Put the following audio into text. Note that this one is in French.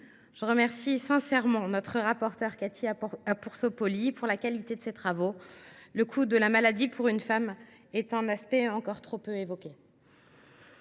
Je remercie sincèrement notre rapporteure, Cathy Apourceau Poly, pour la qualité de ses travaux. Le coût de la maladie pour une femme est un aspect encore trop peu évoqué.